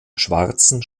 schwarzen